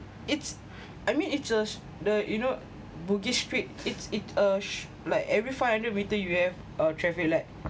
it's I mean it's uh the you know bugis street it's it uh like every five hundred metre you have a traffic light